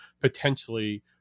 potentially